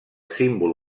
símbol